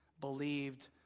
believed